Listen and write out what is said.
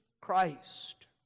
Christ